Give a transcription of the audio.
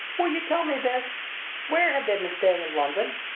will you tell me this where have they been staying in london?